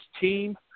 team